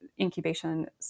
incubation